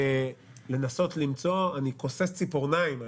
אני כוסס ציפורניים האמת,